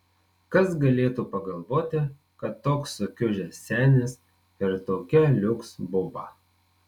kas galėtų pagalvoti kad toks sukiužęs senis ir tokia liuks boba